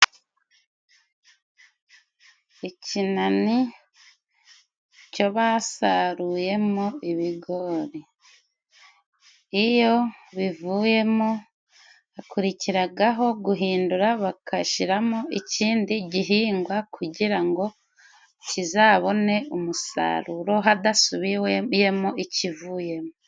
Ikinani cyo basaruyemo ibigori, iyo bivuyemo hakurikiragaho guhindura bakashiramo ikindi gihingwa, kugira ngo kizabone umusaruro hadasubiyemo ikivuyemo.